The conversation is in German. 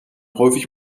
häufig